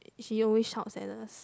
she always shouts at us